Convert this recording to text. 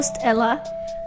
Ella